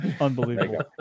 unbelievable